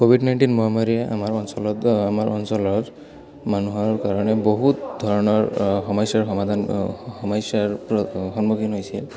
Covid nineteen মহামাৰীয়ে আমাৰ অঞ্চলত আমাৰ অঞ্চলৰ মানুহৰ কাৰণে বহুত ধৰণৰ সমস্যাৰ সমাধান সমস্যাৰ সন্মুখীন হৈছিল